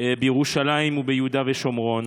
בירושלים וביהודה ושומרון: